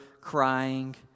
crying